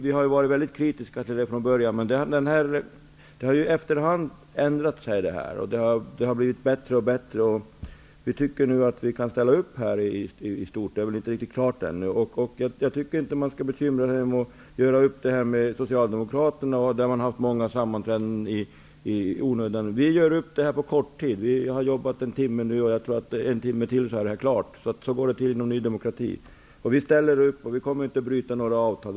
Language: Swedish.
Vi har varit kritiska från början till husläkarreformen, men efter hand har det ändrat sig. Det har blivit bättre och bättre. Vi tycker nu att vi kan ställa upp i stort. Det är väl inte riktigt klart än, men jag tycker inte man skall bekymra sig om att göra upp detta med Socialdemokraterna, med vilka man har haft många sammanträden i onödan. Vi gör upp detta på kort tid. Vi har jobbat en timme nu, och jag tror att med en timme till är det klart. Så går det till inom Ny demokrati. Vi ställer upp, och vi kommer inte att bryta några avtal.